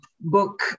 book